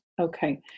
Okay